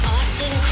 Austin